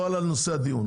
לא על נושא הדיון,